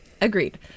Agreed